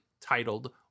titled